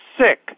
sick